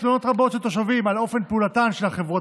לתלונות רבות של התושבים על אופן פעולתן של החברות